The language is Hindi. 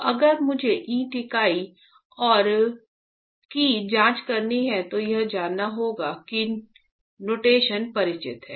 तो अगर मुझे ईंट इकाई की जांच करनी है तो यह जानने होगा कि नोटेशन परिचित हैं